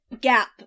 gap